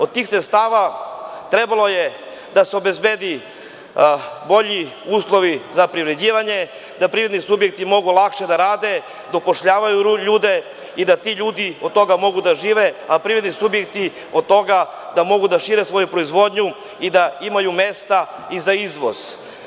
Od tih sredstava trebalo je da se obezbede bolji uslovi za privređivanje, da privredni subjekti mogu lakše da rade, da upošljavaju ljude i da ti ljudi od toga mogu da žive, a privredni subjekti od toga da mogu da šire svoju proizvodnju i da imaju mesta i za izvoz.